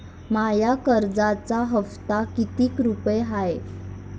माया कर्जाचा हप्ता कितीक रुपये हाय?